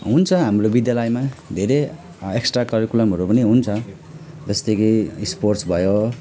हुन्छ हाम्रो विद्यालयमा धेरै एक्सट्रा करिकुलमहरू पनि हुन्छ जस्तै कि स्पोर्ट्स भयो